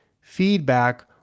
feedback